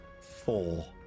Four